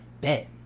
Bet